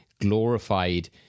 glorified